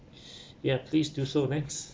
ya please do so next